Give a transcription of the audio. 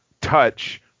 touch